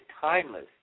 timeless